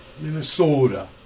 Minnesota